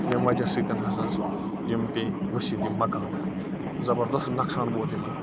ییٚمہِ وجہ سۭتۍ ہسا حظ یِم پیٚے ؤسِتھ یِم مکانہٕ زبردست نۄقصان ووت یِمَن